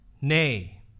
Nay